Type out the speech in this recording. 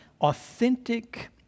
authentic